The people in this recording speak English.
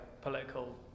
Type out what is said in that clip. political